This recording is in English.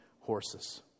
horses